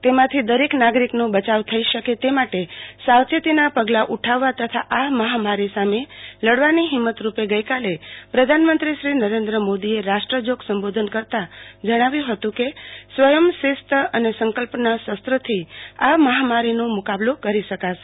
તેમાંથી દરેક નાગરીકનો બચાવ થઈ શકે તે માટે સાવચેતોના પગલાં ઉઠાવવા તથા આ મહામારો સામે લડવાની હિંમતરૂપે ગઈકાલે પ્રધ ાનમંત્રી નરેન્દ મોદીએ રાષ્ટ્રજોગ સંબોધન કરતાં જણાવ્યું હત કે સ્વયંશિસ્ત અને સંકલ્પના શરત્રાંથી આ મહામારીનો મુકાબલો કરી શકશે